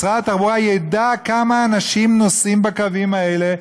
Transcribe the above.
משרד התחבורה ידע כמה אנשים נוסעים בקווים האלה,